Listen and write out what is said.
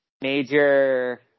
major